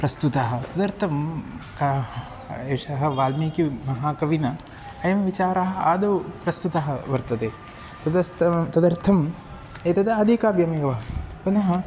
प्रस्तुतः तदर्थं कः एषः वाल्मीकिमहाकविना अयं विचारः आदौ प्रस्तुतः वर्तते तदस्ता तदर्थम् एतद् आदिकाव्यमेव पुनः